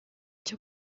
cyo